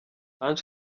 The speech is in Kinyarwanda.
ange